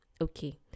Okay